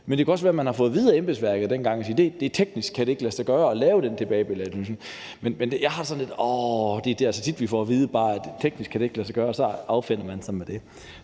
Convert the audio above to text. Men det kan også være, at man har fået at vide af embedsværket dengang, at det teknisk ikke kan lade sig gøre at lave den tilbagebetaling. Men jeg har det sådan lidt åh, det er tit, vi får at vide, at det teknisk ikke kan lade sig gøre, og så affinder man sig med det.